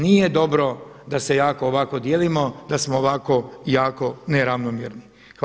Nije dobro da se jako ovako dijelimo, da smo ovako jako neravnomjerni.